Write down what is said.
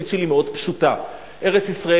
התוכנית המדינית שלי מאוד פשוטה: ארץ-ישראל